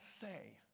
say